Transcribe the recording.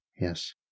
Yes